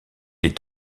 est